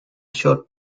short